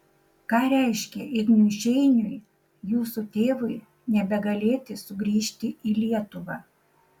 ką reiškė ignui šeiniui jūsų tėvui nebegalėti sugrįžti į lietuvą